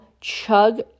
chug